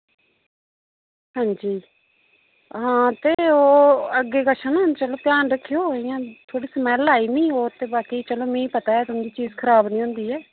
हां जी हां ते ओ अग्गे कशा ना चलो ध्यान रक्खयो इय्यां थोह्ड़ी स्मैल्ल आई मि और ते बाकि चलो मि पता ऐ तुं'दी चीज खराब नि होंदी ऐ